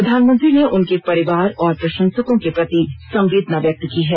प्रधानमंत्री ने उनके परिवार और प्रशंसकों के प्रति संवेदना व्यक्त की है